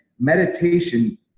meditation